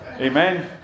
Amen